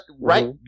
right